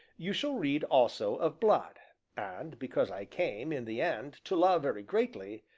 you shall read also of blood and, because i came, in the end, to love very greatly,